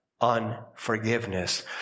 unforgiveness